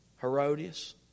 Herodias